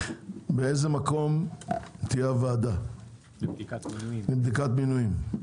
באיזה מקום תהיה הוועדה לבדיקת מינויים.